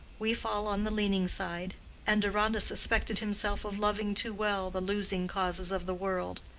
we fall on the leaning side and deronda suspected himself of loving too well the losing causes of the world.